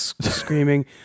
screaming